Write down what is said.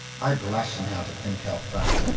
i blush now to think how far,